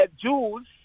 Jews